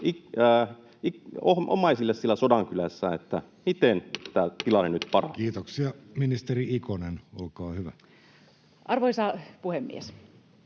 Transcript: omaisille siellä Sodankylässä, miten tämä tilanne nyt paranee. Kiitoksia. — Ministeri Ikonen, olkaa hyvä. Arvoisa puhemies!